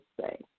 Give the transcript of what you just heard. say